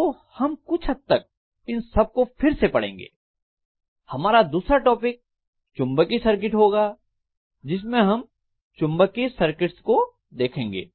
तो हम कुछ हद तक इन सबको फिर से पढ़ेंगे हमारा दूसरा टॉपिक चुम्बकीय सर्किट होगा जिसमें हम चुम्बकीय सर्किट्स को देखेंगे